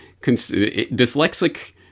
dyslexic